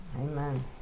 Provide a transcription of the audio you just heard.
Amen